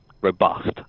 robust